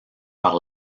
par